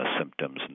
symptoms